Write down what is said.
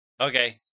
okay